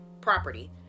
property